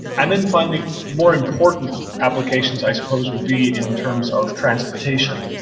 and then finally, more important applications i suppose would be in terms of transportation,